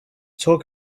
talk